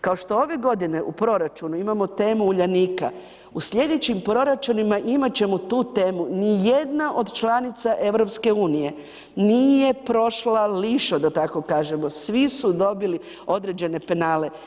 Kao što ove godine u proračunu imamo temu Uljanika u slijedećim proračunima imat ćemo tu temu ni jedna od članica EU nije prošla lišo, da tako kažemo, svi su dobili određene penale.